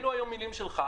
אלו היו המילים שלך.